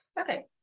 Okay